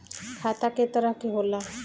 खाता क तरह के होला?